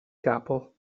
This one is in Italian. capo